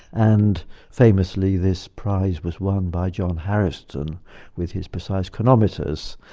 and famously this prize was won by john harrison with his precise chronometers.